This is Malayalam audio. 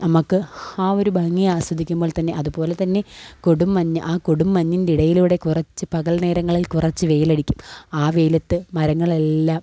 നമുക്ക് ആ ഒരു ഭംഗി ആസ്വദിക്കുമ്പോൾത്തന്നെ അതുപോലെതന്നെ കൊടും മഞ്ഞ് ആ കൊടും മഞ്ഞിൻ്റെടയിലൂടെ കുറച്ച് പകൽ നേരങ്ങളിൽ കുറച്ച് വെയിലടിക്കും ആ വെയിലത്ത് മരങ്ങളെല്ലാം